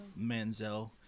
manzel